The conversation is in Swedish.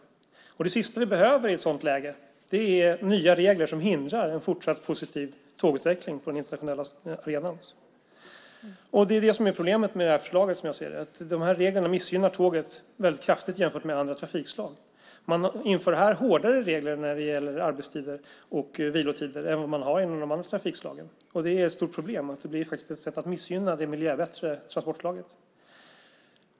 Det sista vi behöver i ett sådant läge är nya regler som hindrar en fortsatt positiv tågutveckling på den internationella arenan. Det är det som är problemet med det här förslaget som jag ser det, att de här reglerna missgynnar tåget väldigt kraftigt jämfört med andra trafikslag. Man inför här hårdare regler när det gäller arbetstider och vilotider än vad man har inom de andra trafikslagen. Det är ett stort problem eftersom det faktiskt blir ett sätt att missgynna det miljöbättre transportslaget.